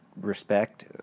respect